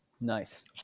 Nice